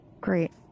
Great